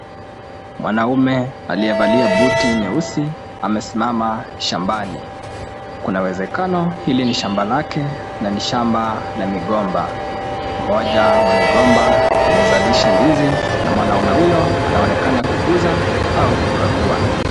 Mwanaume aliyevalia buti nyeusi amesimama shambani. Kuna uwezekano hili ni shamba lake na ni shamba la migomba. Moja wa migomba umezalisha ndizi na mwanaume huyo anaonekana kuguza au kukagua.